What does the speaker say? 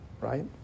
right